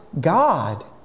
God